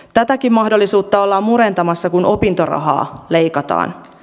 tätäkin mahdollisuutta ollaan murentamassa kun opintorahaa leikataan